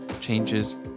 changes